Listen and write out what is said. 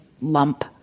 lump